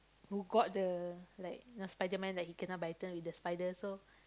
who got the like uh spiderman that he kena bitten with the spider so